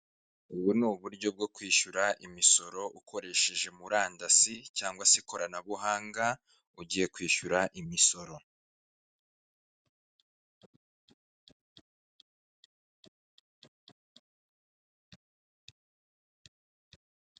Ubu ni uburyo bwo kwishyura imisoro ukoresheje murandasi cyangwa se ikoranabuhanga ugiye kwishyura imisoro.